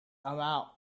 about